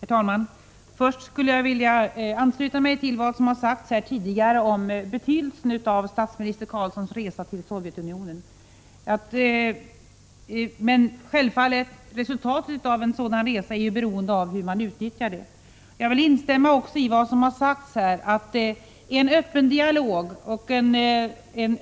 Herr talman! Först skulle jag vilja ansluta mig till vad som har sagts här tidigare om betydelsen av statsminister Carlssons resa till Sovjetunionen. Men resultatet av en sådan resa är självfallet beroende av hur man utnyttjar den. Jag vill också instämma i att en öppen dialog och en